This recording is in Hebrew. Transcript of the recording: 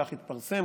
כך התפרסם,